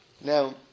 Now